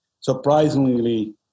Surprisingly